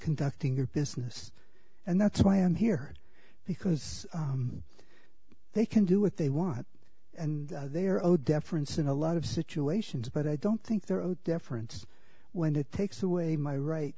conducting your business and that's why i'm here because they can do what they want and they're owed deference in a lot of situations but i don't think they're owed deference when it takes away my right